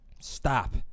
Stop